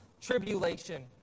tribulation